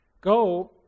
Go